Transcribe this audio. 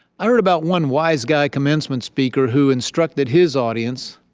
i heard about one wise guy commencement speaker who instructed his audience,